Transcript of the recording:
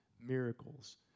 miracles